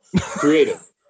creative